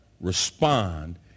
respond